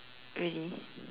really